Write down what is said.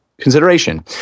consideration